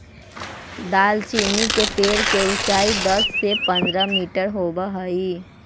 दालचीनी के पेड़ के ऊंचाई दस से पंद्रह मीटर होब हई